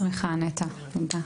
אני שמחה נטע, תודה.